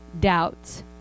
doubts